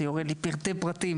אתה יורד לפרטי פרטי.